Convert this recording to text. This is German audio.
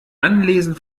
anlesen